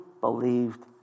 believed